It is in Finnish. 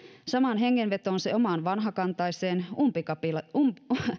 samaan hengenvetoon se omaan vanhakantaiseen umpikapitalistiseen